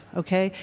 okay